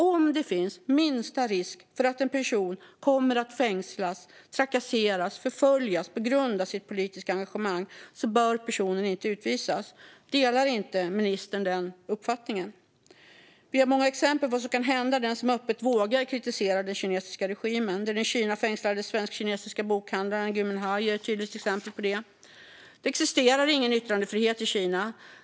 Om det finns minsta risk för att en person kommer att fängslas, trakasseras och förföljas på grund av sitt politiska engagemang bör personen inte utvisas. Delar inte ministern den uppfattningen? Vi har många exempel på vad som kan hända den som öppet vågar kritisera den kinesiska regimen. Den i Kina fängslade svensk-kinesiske bokhandlaren Gui Minhai är ett tydligt exempel på det. Det existerar ingen yttrandefrihet i Kina.